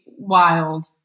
wild